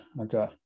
Okay